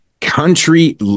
country